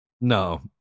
No